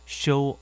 show